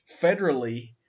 federally